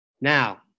Now